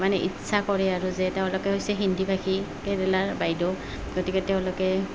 মানে ইচ্ছা কৰে আৰু যে তেওঁলোকে হৈছে হিন্দীভাষী কেৰেলাৰ বাইদেউ গতিকে তেওঁলোকে